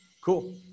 Cool